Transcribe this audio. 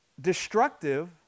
destructive